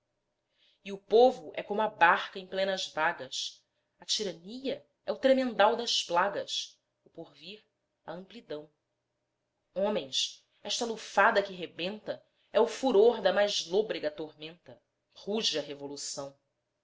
e o povo é como a barca em plenas vagas a tirania é o tremedal das plagas o porvir a amplidão homens esta lufada que rebenta é o furor da mais lôbrega tormenta ruge a revolução